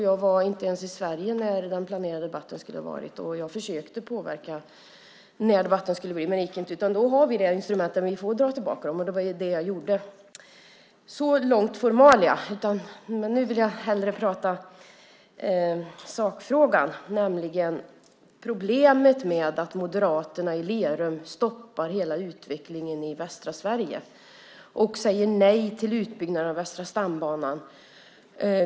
Jag var inte ens i Sverige när den planerade debatten skulle ha varit. Jag försökte påverka när debatten skulle bli av, men det gick inte. Vi har det instrumentet att vi kan dra tillbaka interpellationer, och det var det jag gjorde. Så långt formalia, men nu vill jag hellre prata om sakfrågan, nämligen problemet med att moderaterna i Lerum stoppar hela utvecklingen i västra Sverige och säger nej till utbyggnad av Västra stambanan.